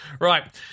Right